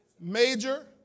major